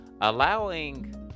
allowing